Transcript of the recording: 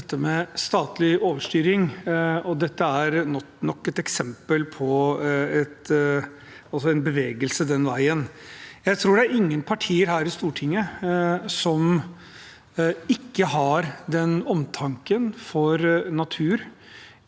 innom statlig overstyring, og dette er nok et eksempel på en bevegelse den veien. Jeg tror ikke det er noen partier her i Stortinget som ikke har den omtanken for naturen,